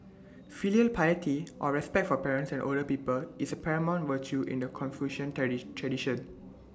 filial piety or respect for parents and older people is A paramount virtue in the Confucian tradition